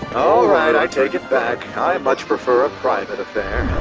right, i take it back. i much prefer a private affair.